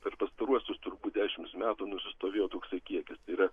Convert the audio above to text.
per pastaruosius turbūt dešims metų nusistovėjo toksai kiekis tai yra